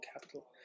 Capital